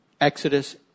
Exodus